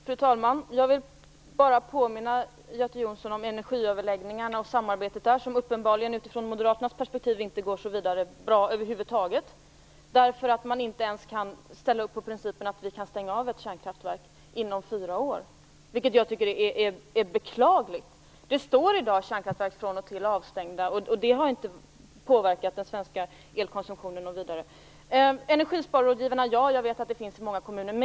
Fru talman! Jag vill påminna Göte Jonsson om energiöverläggningarna och samarbetet där, som uppenbarligen utifrån Moderaternas perspektiv inte går så vidare bra. Man kan inte ens ställa upp på principen att stänga av ett känkraftverk inom fyra år, vilket jag tycker är beklagligt. Kärnkraftverk står i dag avstängda från och till, och det har inte påverkat den svenska elkonsumtionen något vidare. Jag vet att det finns energisparrådgivare i många kommuner.